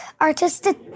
artistic